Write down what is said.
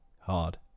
hard